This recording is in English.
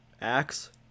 Axe